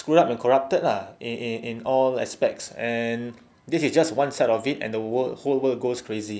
screwed-up and corrupted lah in in all aspects and this is just one side of it and the world whole world goes crazy